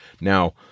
Now